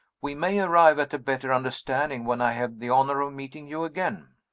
we may arrive at a better understanding when i have the honor of meeting you again.